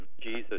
Jesus